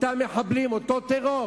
אותם מחבלים, אותו טרור.